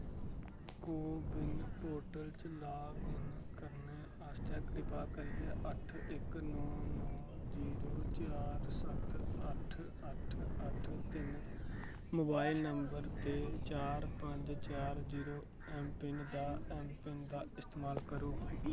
को win portal च login करने आस्तै कृपा करियै अट्ठ इक नौ नौ जीरो चार सत्त अट्ठ अट्ठ अट्ठ तिन्न मोबाइल नंबर ते चार पंज चार जीरो ऐम्मपिन दा ऐम्मपिन दा इस्तेमाल करो